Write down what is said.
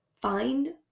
find